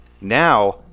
Now